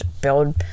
build